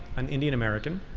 an indian american,